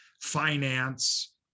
finance